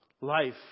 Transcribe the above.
Life